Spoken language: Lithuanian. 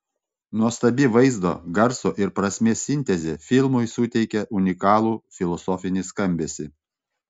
nuostabi vaizdo garso ir prasmės sintezė filmui suteikia unikalų filosofinį skambesį